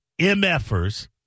MFers